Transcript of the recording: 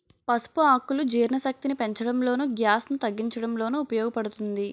పసుపు ఆకులు జీర్ణశక్తిని పెంచడంలోను, గ్యాస్ ను తగ్గించడంలోనూ ఉపయోగ పడుతుంది